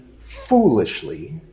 foolishly